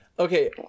Okay